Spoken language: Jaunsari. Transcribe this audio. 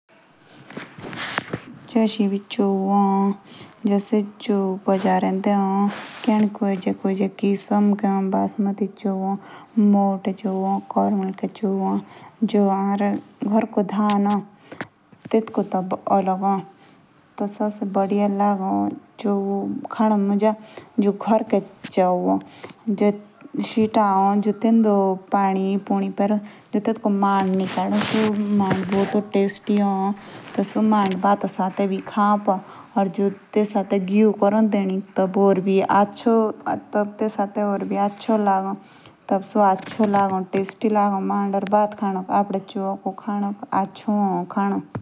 जेस एबी चिउ ए। टी चिउ बाजार दे ए। या चौ खदी कटि किसम के ए। जेशो चौ बासमती या परमल के चौआ ए। या जो हमारे अंधेरे ह से अलग है।